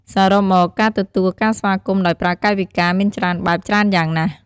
សរុបមកការទទួលការស្វាគមន៍ដោយប្រើកាយវិការមានច្រើនបែប ច្រើនយ៉ាងណាស់។